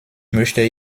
möchte